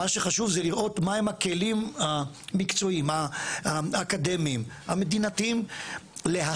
מה שחשוב זה לראות מה הם הכלים המקצועיים האקדמאיים המדינתיים להכיל.